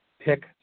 pick